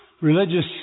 religious